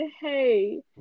hey